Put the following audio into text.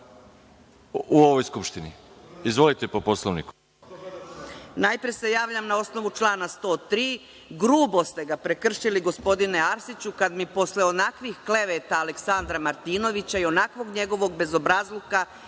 u ovoj Skupštini. Izvolite po Poslovniku.